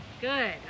Good